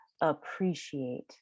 appreciate